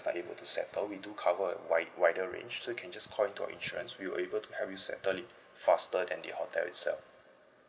not able to settle we do cover wide wider range so you can just call in to our insurance we would able to help you settle it faster than the hotel itself